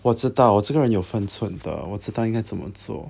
我知道我这个人有分寸的我知道应该怎么做